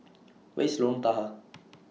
Where IS Lorong Tahar